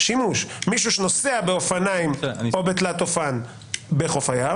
מישהו שנוסע באופניים או בתלת אופן בחוף הים